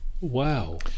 Wow